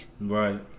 Right